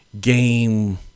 game